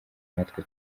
natwe